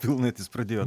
pilnatys pradėjo